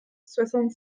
soixante